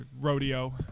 Rodeo